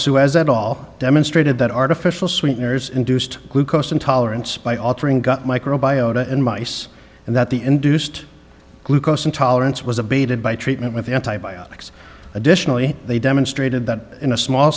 as that all demonstrated that artificial sweeteners induced glucose intolerance by altering got micro biota in mice and that the induced glucose intolerance was abated by treatment with antibiotics additionally they demonstrated that in a small